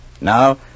Now